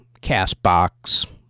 CastBox